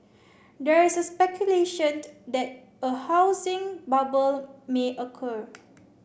there is speculation that a housing bubble may occur